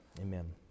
Amen